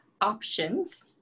options